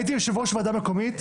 הייתי יושב ראש ועדה מקומית,